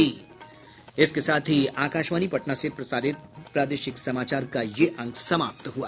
इसके साथ ही आकाशवाणी पटना से प्रसारित प्रादेशिक समाचार का ये अंक समाप्त हुआ